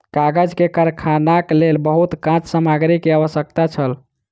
कागज के कारखानाक लेल बहुत काँच सामग्री के आवश्यकता छल